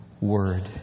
Word